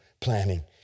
planning